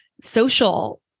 social